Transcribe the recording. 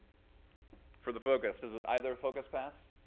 for the focus, does ah either focus pass?